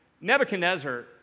Nebuchadnezzar